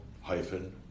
hyphen